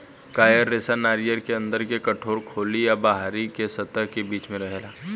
coir रेशा नारियर के अंदर के कठोर खोली आ बाहरी के सतह के बीच में रहेला